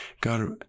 God